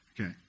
Okay